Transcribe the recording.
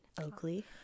oakley